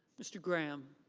mr. graham.